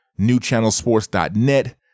Newchannelsports.net